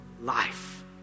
life